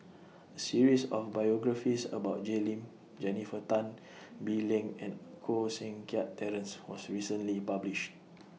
A series of biographies about Jay Lim Jennifer Tan Bee Leng and Koh Seng Kiat Terence was recently published